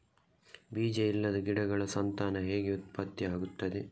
ಬೀಜ ಇಲ್ಲದ ಗಿಡಗಳ ಸಂತಾನ ಹೇಗೆ ಉತ್ಪತ್ತಿ ಆಗುತ್ತದೆ?